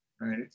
right